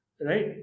right